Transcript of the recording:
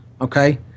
Okay